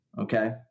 okay